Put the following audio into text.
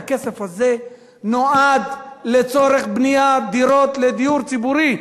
הכסף הזה נועד לצורך בניית דירות לדיור ציבורי.